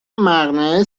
مقنعه